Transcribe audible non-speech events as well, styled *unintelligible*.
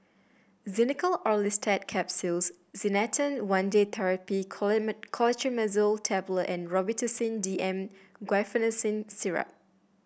Xenical Orlistat Capsules Canesten One Day Therapy *unintelligible* Clotrimazole Tablet and Robitussin D M Guaiphenesin Syrup